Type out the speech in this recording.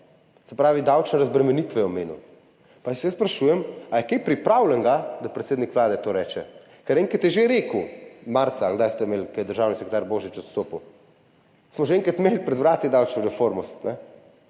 Se pravi, davčne razbremenitve je omenil, pa se jaz sprašujem, ali je kaj pripravljenega, da predsednik Vlade to reče. Ker enkrat je že rekel – marca ali kdaj ste imeli, ko je državni sekretar Božič odstopil – smo že enkrat imeli pred vrati davčno reformo,